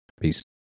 Peace